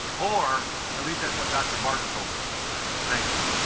or at least that's what dr. barton told me thank you